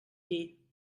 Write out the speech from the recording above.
dir